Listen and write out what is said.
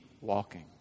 walking